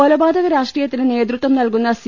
കൊലപാതക രാഷ്ട്രീയത്തിന് നേതൃത്വം നൽകുന്ന സി